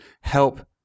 help